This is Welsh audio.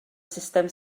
sustem